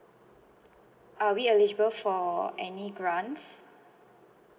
are we eligible for any grants